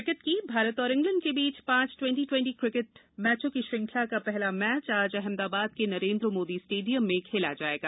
cricket Bharat और England के बीच पांच ट्वेंटी ट्वेंटी क्रिकेट मैचों की श्रृंखला का पहला मैच आज अहमदाबाद के नरेंद्र मोदी स्टेडियम में खेला जाएगा